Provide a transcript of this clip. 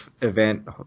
event